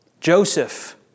Joseph